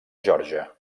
geòrgia